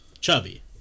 Chubby